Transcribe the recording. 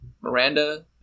Miranda